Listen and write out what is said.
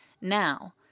now